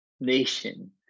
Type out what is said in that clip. nation